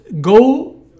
go